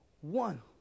One